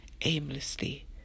aimlessly